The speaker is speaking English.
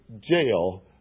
jail